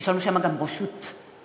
יש לנו שם גם ראשת ועדה,